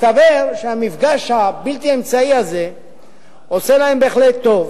מסתבר שהמפגש הבלתי-אמצעי הזה עושה להם בהחלט טוב,